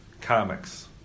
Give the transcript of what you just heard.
Comics